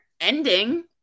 ending